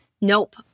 Nope